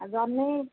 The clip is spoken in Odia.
ଜହ୍ନି